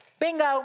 Bingo